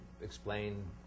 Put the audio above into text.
explain